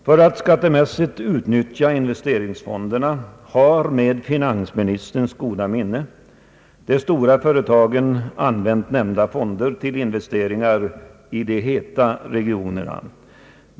För att skattemässigt utnyttja investeringsfonderna har med finansministerns goda minne de stora företagen använt dessa fonder till investeringar i de heta regionerna.